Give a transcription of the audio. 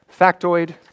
factoid